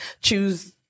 choose